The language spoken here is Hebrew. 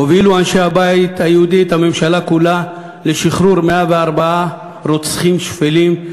הובילו אנשי הבית היהודי את הממשלה כולה לשחרור 104 רוצחים שפלים,